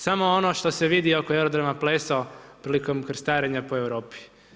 Samo ono što se vidi oko aerodroma Pleso prilikom krstarenja po Europi.